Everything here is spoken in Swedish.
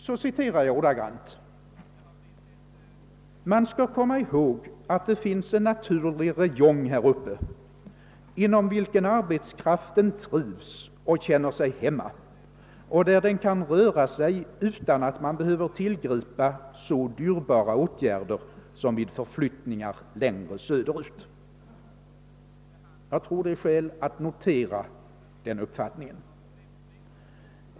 Så citerar jag ordagrant: »Man skall komma ihåg, att det finns en naturlig rayon här uppe, inom vilken arbetskraften trivs och känner sig hemma och där den kan röra sig utan att man behöver tillgripa så dyrbara åtgärder som vid förflyttningar längre söderut.» Jag tror att det finns skäl att notera denna uppfattning.